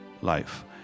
life